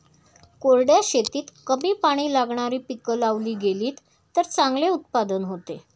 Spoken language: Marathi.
कोरड्या शेतीत कमी पाणी लागणारी पिकं लावली गेलीत तर चांगले उत्पादन होते